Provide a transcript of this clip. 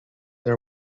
they